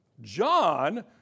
John